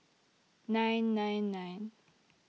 nine nine nine